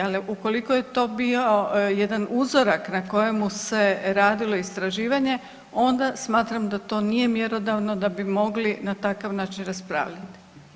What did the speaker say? Ali ukoliko je to bio jedan uzorak na kojemu se radilo istraživanje onda smatram da to nije mjerodavno da bi mogli na takav način raspravljat.